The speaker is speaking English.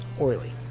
oily